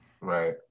right